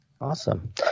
Awesome